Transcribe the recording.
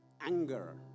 anger